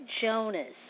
Jonas